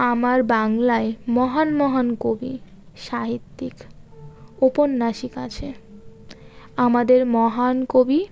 আমার বাংলায় মহান মহান কবি সাহিত্যিক ঔপন্যাসিক আছে আমাদের মহান কবি